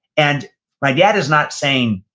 and my dad is not saying,